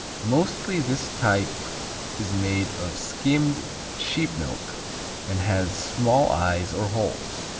mostly this type is made of skimmed sheep milk and has small eyes or holes,